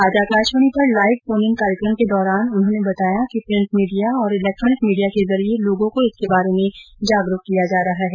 आज आकाशवाणी पर live phone in कार्यक्रम के दौरान उन्होंने बताया कि प्रिन्ट मीडिया और इलेक्ट्रोनिक मीडिया के जरिए लोगों को इसके बारे में जागरूक किया जा रहा है